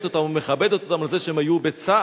אותם ומכבדת אותם על זה שהם היו בצה"ל,